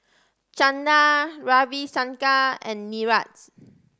Chanda Ravi Shankar and Niraj